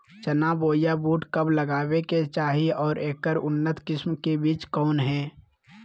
चना बोया बुट कब लगावे के चाही और ऐकर उन्नत किस्म के बिज कौन है?